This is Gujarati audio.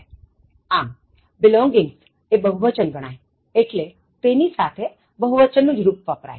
આમ belongings એ બહુવચન ગણાયએટ્લે તેની સાથે બહુવચન નું જ રુપ વપરાય